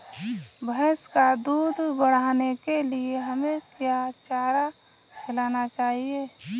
भैंस का दूध बढ़ाने के लिए हमें क्या चारा खिलाना चाहिए?